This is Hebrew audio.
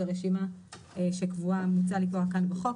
זו רשימה שקבועה והומלצה לקבוע כאן בחוק.